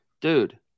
dude